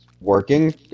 working